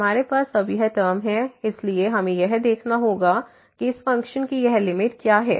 हमारे पास अब यह टर्म है इसलिए हमें यह देखना होगा कि इस फ़ंक्शन की यह लिमिट क्या है